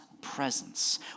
presence